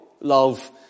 love